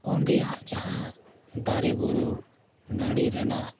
ᱚᱸᱰᱮᱱᱟᱜ ᱡᱟᱦᱟᱸ ᱫᱟᱨᱮ ᱵᱩᱨᱩ ᱱᱟᱹᱲᱤ ᱨᱮᱱᱟᱜ